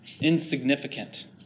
insignificant